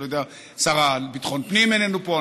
השר לביטחון פנים איננו פה,